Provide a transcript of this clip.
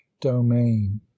domain